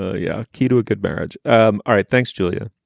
ah yeah. key to a good marriage. um all right. thanks, julia.